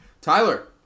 Tyler